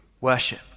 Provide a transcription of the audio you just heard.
worship